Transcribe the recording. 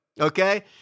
okay